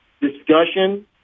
discussion